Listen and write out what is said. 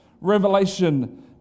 Revelation